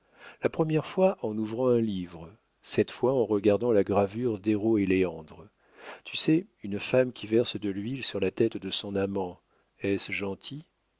la première fois en ouvrant un livre cette fois en regardant la gravure d'héro et léandre tu sais une femme qui verse de l'huile sur la tête de son amant est-ce gentil